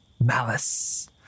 Malice